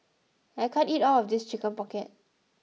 I can't eat all of this Chicken Pocket